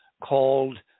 called